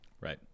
Right